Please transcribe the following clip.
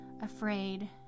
afraid